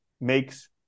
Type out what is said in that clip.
makes